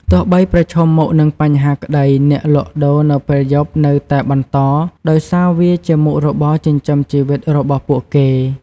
ទោះបីប្រឈមមុខនឹងបញ្ហាក្ដី អ្នកលក់ដូរនៅពេលយប់នៅតែបន្ត ដោយសារវាជាមុខរបរចិញ្ចឹមជីវិតរបស់ពួកគេ។